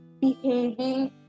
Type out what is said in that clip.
behaving